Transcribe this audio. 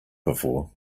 before